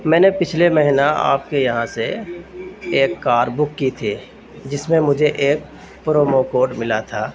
میں نے پچھلے مہینہ آپ کے یہاں سے ایک کار بک کی تھی جس میں مجھے ایک پرومو کوڈ ملا تھا